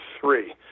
three